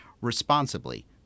responsibly